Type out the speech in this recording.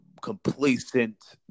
complacent